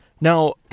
now